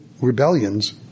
rebellions